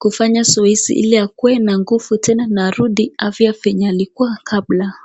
kufanya zoezi ili akuwe na nguvu tena na arudi afya venye alikuwa kabla.